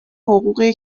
حقوقی